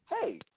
hey